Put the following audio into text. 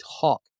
talk